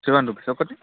seven rupees ఒకటి